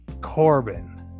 Corbin